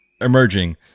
emerging